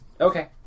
Okay